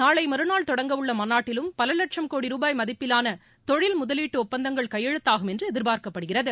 நாளை மறுநாள் தொடங்க உள்ள மாநாட்டிலும் பல லட்சம் கோடி ரூபாய் மதிப்பிலான தொழில் முதலீட்டு ஒப்பந்தங்கள் கையெழுத்தாகும் என்று எதிர்பார்க்கப்படுகிறது